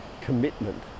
commitment